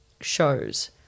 shows